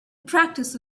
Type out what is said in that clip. practice